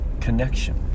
connection